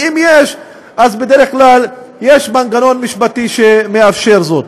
ואם יש אז בדרך כלל יש מנגנון משפטי שמאפשר זאת.